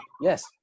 yes